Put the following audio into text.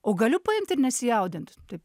o galiu paimt ir nesijaudint taip